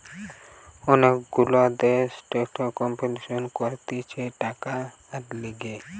অনেক গুলা দেশ ট্যাক্সের কম্পিটিশান করতিছে টাকার লিগে